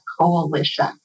coalition